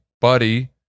buddy